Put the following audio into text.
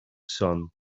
son